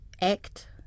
act